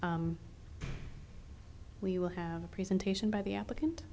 we will have a presentation by the applicant